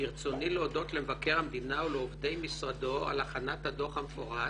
"ברצוני להודות למבקר המדינה ולעובדי משרדו על הכנת הדוח המפורט